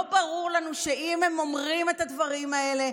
לא ברור לנו שאם הם אומרים את הדברים האלה,